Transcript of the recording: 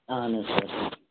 اہن حظ سر